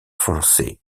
foncée